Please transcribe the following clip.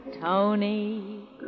Tony